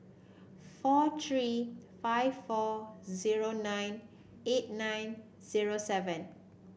four three five four zero nine eight nine zero seven